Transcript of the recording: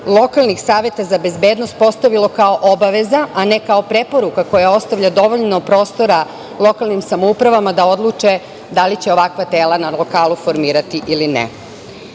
lokalnih saveta za bezbednost postavilo kao obaveza, a ne kao preporuka koja ostavlja dovoljno prostora lokalnim samoupravama da odluče da li će ovakva tela na lokalu formirati ili ne.Za